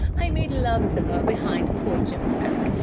i made love to her behind poor jim's back,